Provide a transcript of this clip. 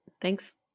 Thanks